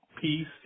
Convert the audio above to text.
peace